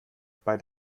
bei